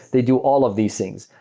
they do all of these things.